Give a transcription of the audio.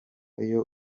iyo